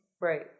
right